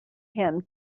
him